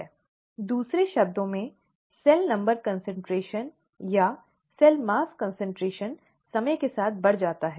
दूसरे शब्दों में सेल नंबर कान्सन्ट्रेशन या सेल मास कॉन्सन्ट्रेशन समय के साथ बढ़ जाती है